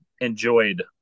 enjoyed